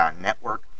network